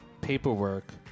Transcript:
paperwork